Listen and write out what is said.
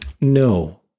No